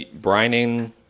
Brining